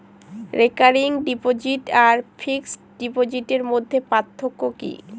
Recurring deposit আর fixed ডিপোজিটের মধ্যে পার্থক্য কি?